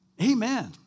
Amen